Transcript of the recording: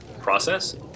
process